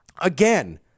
again